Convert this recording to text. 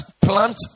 plant